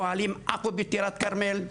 אוהלים עפו בטירת הכרמל,